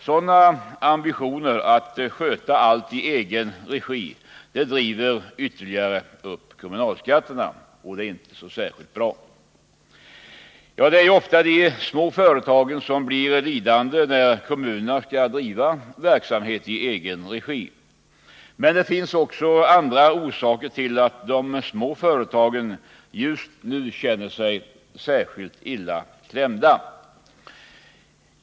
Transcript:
Sådana ambitioner att sköta allt i egen regi driver upp kommunalskatterna ytterligare, och det är inte så bra. Det är ofta de små företagen som blir lidande när kommunerna skall driva verksamhet i egen regi. Men det finns också andra orsaker till att de små företagen just nu känner sig särskilt illa klämda.